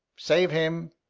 save him!